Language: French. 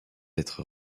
être